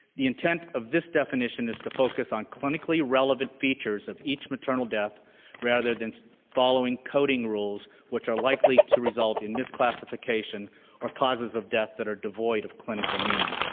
the intent of this definition is to focus on clinically-relevant features of each maternal death rather than following coding rules, which are likely to result in misclassification or causes of death that are devoid of clinical meaning.